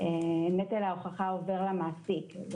שנטל ההוכחה עובר למעסיק.